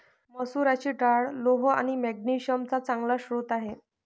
मसुराची डाळ लोह आणि मॅग्नेशिअम चा चांगला स्रोत आहे